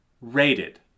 rated